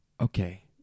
Okay